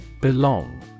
Belong